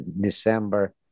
December